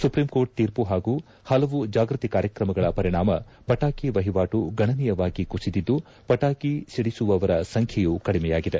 supreme Court ತೀರ್ಮ ಹಾಗೂ ಪಲವು ಜಾಗ್ಯತಿ ಕಾರ್ಕಕಮಗಳ ಪರಿಣಾಮ ಪಟಾಕಿ ವಹಿವಾಟು ಗಣನೀಯವಾಗಿ ಕುಸಿದಿದ್ದು ಪಟಾಕಿ ಸಿಡಿಸುವವರ ಸಂಖ್ಯೆಯೂ ಕಡಿಮೆಯಾಗಿದೆ